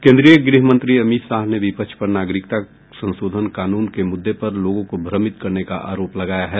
केंद्रीय गृहमंत्री अमित शाह ने विपक्ष पर नागरिकता संशोधन कानून के मुद्दे पर लोगों को भ्रमित करने का आरोप लगाया है